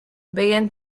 began